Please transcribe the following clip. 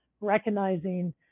recognizing